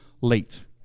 late